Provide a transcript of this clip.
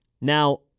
Now